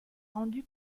rendu